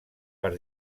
per